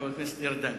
חבר הכנסת ארדן.